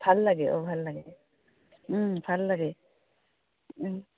ভাল লাগে অঁ ভাল লাগে ভাল লাগে